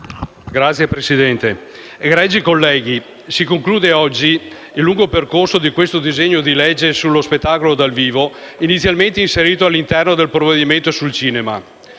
Signor Presidente, egregi colleghi, si conclude oggi il lungo percorso del disegno di legge sullo spettacolo dal vivo, inizialmente inserito all'interno del provvedimento sul cinema.